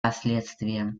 последствиям